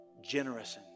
generous